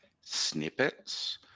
snippets